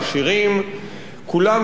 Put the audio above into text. כולם צריכים לשלם אותו דבר,